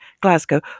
glasgow